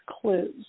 clues